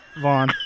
Vaughn